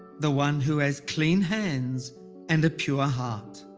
the one who has clean hands and a pure heart.